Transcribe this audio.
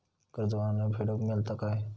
कर्ज ऑनलाइन फेडूक मेलता काय?